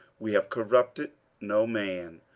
we have corrupted no man,